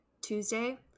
tuesday